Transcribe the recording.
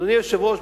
אדוני היושב-ראש,